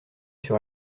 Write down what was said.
sur